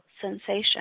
sensation